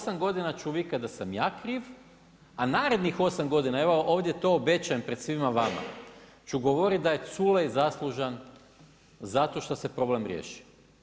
8 godina ću vikati da sam ja kriv a narednih 8 godina, evo ovdje to obećajem pred svima vama, ću govoriti da je Culej zaslužan zato što se problem riješio.